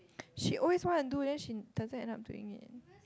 she always want to do then she doesn't end up doing it